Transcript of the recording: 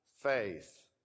faith